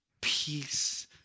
peace